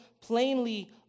plainly